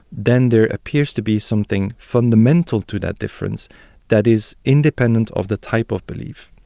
then there appears to be something fundamental to that difference that is independent of the type of belief.